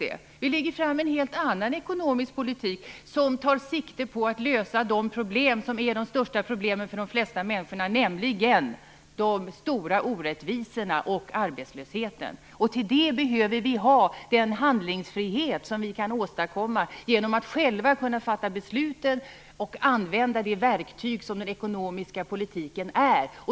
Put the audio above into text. Vänsterpartiet för en helt annan ekonomisk politik som tar sikte på att lösa de problem som är det största för de flesta människor - nämligen de stora orättvisorna och arbetslösheten. För detta behöver vi den handlingsfrihet vi kan åstadkomma genom att själva kunna fatta besluten och använda det verktyg som den ekonomiska politiken är.